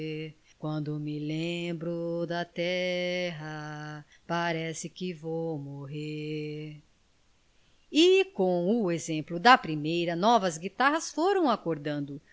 quando me lembro da terra parece que vou morrer e com o exemplo da primeira novas guitarras foram acordando